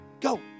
go